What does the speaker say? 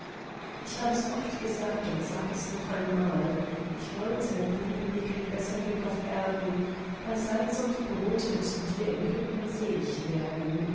ich hab es oft gesagt und sag es noch einmal ich wollte bliebe mir kein besser glück auf erden bei salz und brot mit dir in hütten selig werden